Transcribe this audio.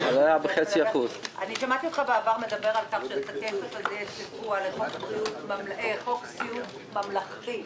שמעתי אותך בעבר מדבר על צבוע לחוק סיעוד ממלכתי.